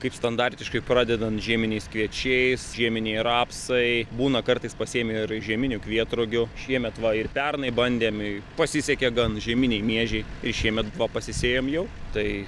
kaip standartiškai pradedant žieminiais kviečiais žieminiai rapsai būna kartais pasiėmi ir žieminių kvietrugių šiemet va ir pernai bandėm pasisekė gan žieminiai miežiai ir šiemet buvo pasisėjam jau tai